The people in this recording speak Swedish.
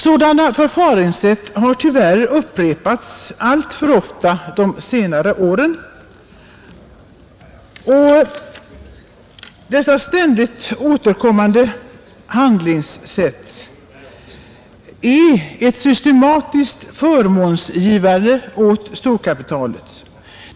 Sådana förfaringssätt har tyvärr upprepats alltför ofta de senare åren, Detta ständigt återkommande handlingssätt är ett systematiskt förmånsgivande åt storkapitalet.